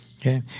Okay